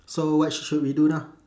so what should we do now